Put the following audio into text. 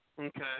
Okay